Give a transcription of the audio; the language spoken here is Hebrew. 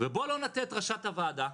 ובוא לא נטעה את ראשת הוועדה.